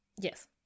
Yes